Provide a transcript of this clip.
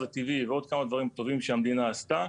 הטבעי ועוד כמה דברים טובים שהמדינה עשתה.